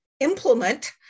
Implement